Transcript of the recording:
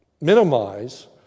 minimize